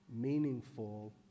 meaningful